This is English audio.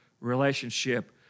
relationship